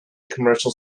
commercial